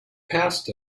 passed